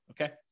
Okay